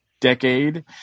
decade